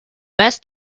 best